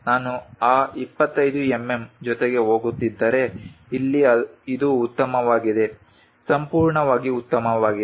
ನಾನು ಆ 25 ಎಂಎಂ ಜೊತೆ ಹೋಗುತ್ತಿದ್ದರೆ ಇಲ್ಲಿ ಇದು ಉತ್ತಮವಾಗಿದೆ ಸಂಪೂರ್ಣವಾಗಿ ಉತ್ತಮವಾಗಿದೆ